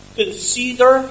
consider